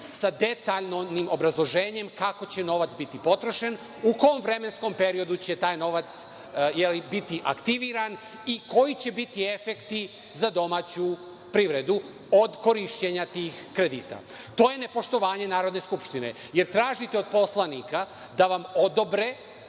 sa detaljnim obrazloženjem kako će novac biti potrošen, u kom vremenskom periodu će taj novac biti aktiviran i koji će biti efekti za domaću privredu od korišćenja tih kredita. To je nepoštovanje Narodne skupštine, jer tražite od poslanika da vam odobre